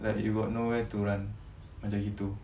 like you got no where to run macam gitu